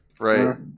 Right